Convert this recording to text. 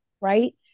right